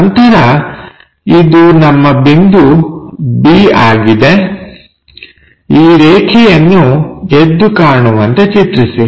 ನಂತರ ಇದು ನಮ್ಮ ಬಿಂದು b ಆಗಿದೆ ಈ ರೇಖೆಯನ್ನು ಎದ್ದು ಕಾಣುವಂತೆ ಚಿತ್ರಿಸಿ